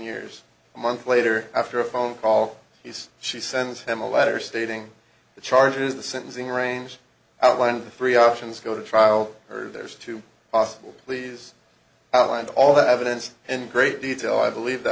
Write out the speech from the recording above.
years a month later after a phone call he's she sends him a letter stating the charges the sentencing range outline the three options go to trial her there's two possible pleas outlined all the evidence in great detail i believe th